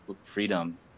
freedom